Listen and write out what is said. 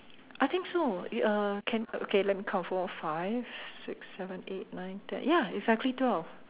I think so you uh can okay let me count four five six seven eight nine ten ya exactly twelve